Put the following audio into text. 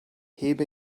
heb